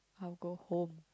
I'll go home